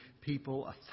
people